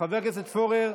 חבר הכנסת פורר,